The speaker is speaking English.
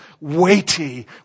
weighty